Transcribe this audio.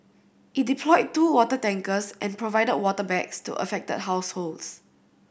it deployed two water tankers and provided water bags to affected households